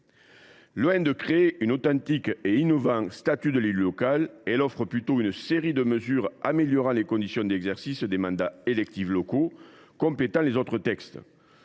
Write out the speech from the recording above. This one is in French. Loin de créer un authentique et innovant statut de l’élu local, elle offre plutôt une série de mesures qui améliorent les conditions d’exercice des mandats électifs locaux et complètent les autres textes.